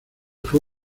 fue